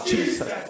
Jesus